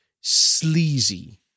sleazy